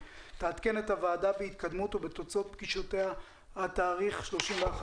תעדכן את הוועדה בהתקדמות ובתוצאות פגישותיה עד לתאריך ה-31